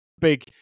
big